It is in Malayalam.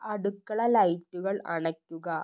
അടുക്കള ലൈറ്റുകൾ അണയ്ക്കുക